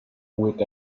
with